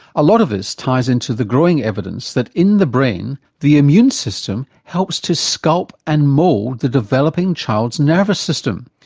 a lot of this ties into the growing evidence that in the brain the immune system helps to sculpt and mould the developing child's nervous system.